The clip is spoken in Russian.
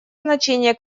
значение